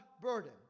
burden